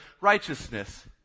righteousness